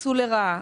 לרעה,